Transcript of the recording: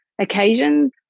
occasions